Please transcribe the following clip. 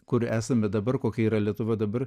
kur esame dabar kokia yra lietuva dabar